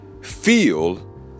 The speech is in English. Feel